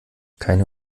keine